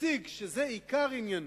נציג שזה עיקר עניינו,